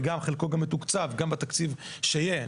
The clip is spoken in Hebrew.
וגם חלקו גם מתוקצב גם בתקציב שיהיה,